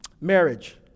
Marriage